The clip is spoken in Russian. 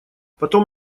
потом